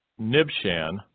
Nibshan